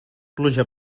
pluja